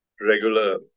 regular